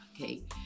Okay